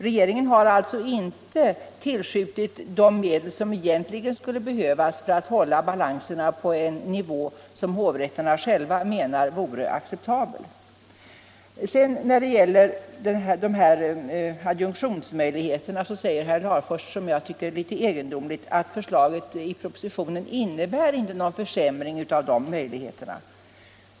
Regeringen har alltså inte tillskjutit de medel som egentligen skulle behövas för att hålla balanserna på en nivå som hovrätterna själva menar vore acceptabel. I fråga om adjunktionsmöjligheterna säger herr Larfors — vilket jag tycker är litet egendonligt — att förslaget i propositionen inte innebär någon förstärkning av de möjligheterna.